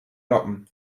noppen